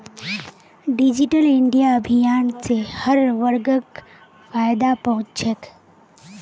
digital India अभियान स हर वर्गक फायदा पहुं च छेक